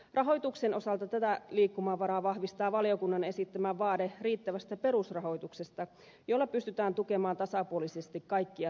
rahoituksen osalta tätä liikkumavaraa vahvistaa valiokunnan esittämä vaade riittävästä perusrahoituksesta jolla pystytään tukemaan tasapuolisesti kaikkia tieteenaloja